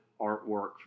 artwork